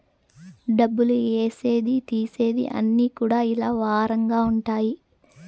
డబ్బులు ఏసేది తీసేది అన్ని కూడా ఇలా వారంగా ఉంటాయి